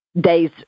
days